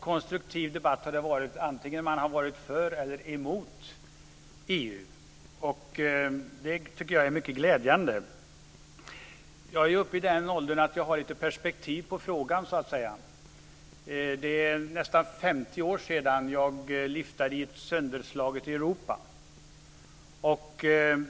Debatten har varit konstruktiv antingen man har varit för eller emot EU, vilket är mycket glädjande. Jag har uppnått en ålder då jag så att säga har lite perspektiv på frågan. Det är nästan 50 år sedan som jag liftade genom ett sönderslaget Europa.